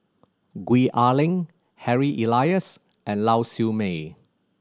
Gwee Ah Leng Harry Elias and Lau Siew Mei